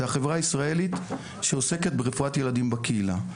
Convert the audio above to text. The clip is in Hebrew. זה החברה הישראלית שעוסקת ברפואת ילדים בקהילה,